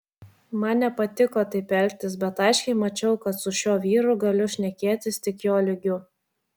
man nepatiko taip elgtis bet aiškiai mačiau kad su šiuo vyru galiu šnekėtis tik jo lygiu